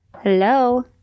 Hello